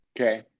Okay